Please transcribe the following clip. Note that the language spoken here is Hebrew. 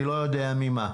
אני לא יודע ממה.